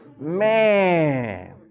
Man